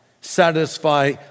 Satisfy